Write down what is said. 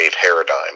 paradigm